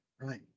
right